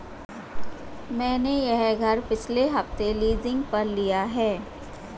मैंने यह घर पिछले हफ्ते लीजिंग पर लिया है